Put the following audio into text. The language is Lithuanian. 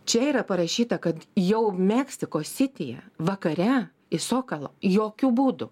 čia yra parašyta kad jau meksiko sityje vakare į sokalo jokiu būdu